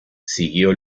siguió